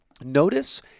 Notice